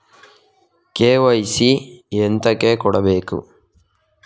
KYC ಎಂತಕೆ ಕೊಡ್ಬೇಕು?